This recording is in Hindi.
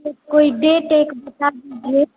जैसे कोइ डेट एक बता दीजिए